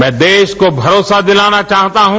मैं देश को भरोसा दिलाना चाहता हूं